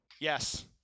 Yes